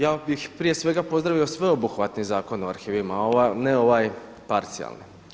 Ja bih prije svega pozdravio sveobuhvatni Zakon o arhivima a ne ovaj parcijalni.